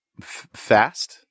fast